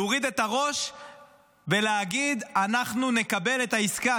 להוריד את הראש ולהגיד: אנחנו נקבל את העסקה.